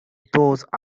those